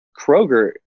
Kroger